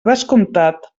descomptat